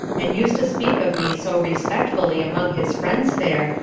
and used to speak of me so respectfully among his friends there,